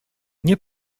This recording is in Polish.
nie